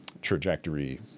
trajectory